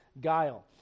guile